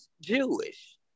Jewish